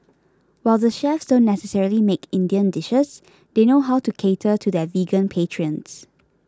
while the chefs don't necessarily make Indian dishes they know how to cater to their vegan patrons